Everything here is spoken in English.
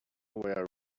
were